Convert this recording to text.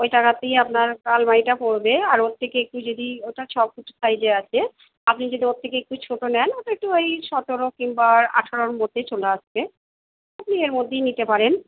ওই টাকাতেই আপনার আলমারিটা পড়বে আর ওর থেকে একটু যদি ওটা ছফুট সাইজে আছে আপনি যদি ওর থেকে একটু ছোটো নেন ওটা তো ওই সতেরো কিংবা আঠারোর মধ্যে চলে আসবে আপনি এর মধ্যেই নিতে পারেন